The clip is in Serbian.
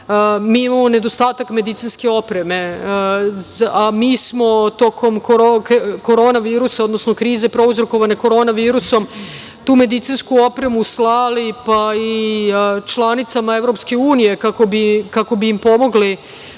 mi imamo nedostatak medicinske opreme, a mi smo tokom korona virusa, odnosno krize prouzrokovane korona virusom tu medicinsku opremu slali, pa i članicama EU kako bi im pomogli